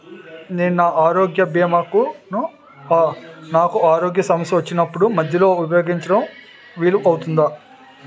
నేను నా ఆరోగ్య భీమా ను నాకు ఆరోగ్య సమస్య వచ్చినప్పుడు మధ్యలో ఉపయోగించడం వీలు అవుతుందా?